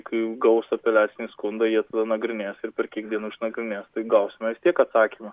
kai gaus apeliacinį skundą jie tada nagrinės ir per kiek dienų išnagrinės tai gausime vis tiek atsakymą